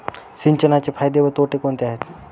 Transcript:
सिंचनाचे फायदे व तोटे कोणते आहेत?